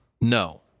No